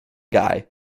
guy